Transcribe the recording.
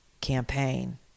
campaign